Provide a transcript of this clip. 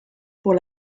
pour